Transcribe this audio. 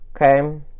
Okay